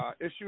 issue